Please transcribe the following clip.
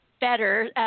better